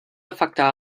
afectar